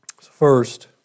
First